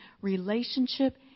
relationship